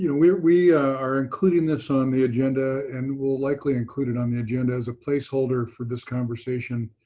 you know we we are including this on the agenda, and we'll likely include it on the agenda as a placeholder for this conversation